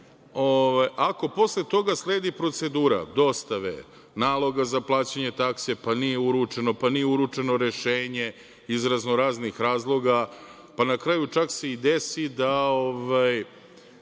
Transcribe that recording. ako posle toga sledi procedura dostave naloga za plaćanje takse, pa nije uručeno rešenje iz razno raznih razloga. Pa, na kraju se čak desi da